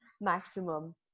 maximum